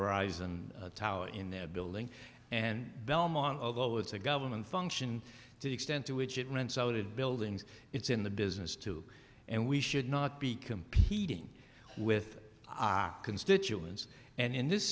arise and tower in their building and belmont although it's a government function to the extent to which it rents out of buildings it's in the business too and we should not be competing with our constituents and in this